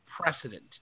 precedent